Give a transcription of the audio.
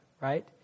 Right